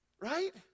right